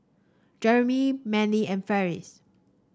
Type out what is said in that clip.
Jeremy Manly and Farris